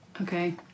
Okay